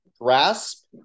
grasp